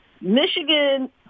Michigan